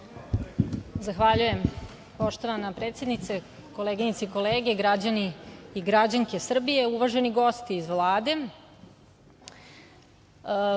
Zahvaljujem poštovana predsednice, koleginice i kolege, građani i građanske Srbije, uvaženi gosti iz Vlade,